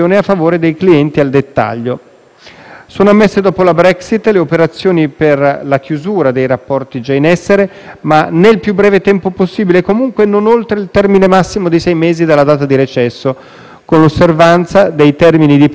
Sono ammesse dopo la Brexit le operazioni per la chiusura dei rapporti già in essere, ma nel più breve tempo possibile e comunque non oltre il termine massimo di sei mesi dalla data di recesso, con l'osservanza dei termini di preavviso per lo scioglimento dei contratti.